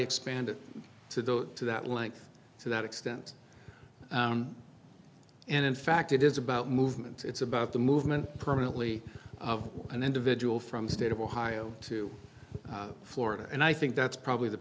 expand it to go to that length to that extent and in fact it is about movement it's about the movement permanently of an individual from the state of ohio to florida and i think that's probably the